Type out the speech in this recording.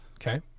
Okay